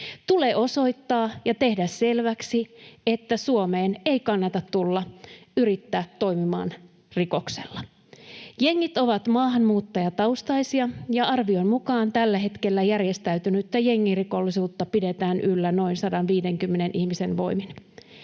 Tulee osoittaa ja tehdä selväksi, että Suomeen ei kannata tulla yrittämään toimia rikoksella. Jengit ovat maahanmuuttajataustaisia, ja arvion mukaan tällä hetkellä järjestäytynyttä jengirikollisuutta pidetään yllä noin 150 ihmisen voimin.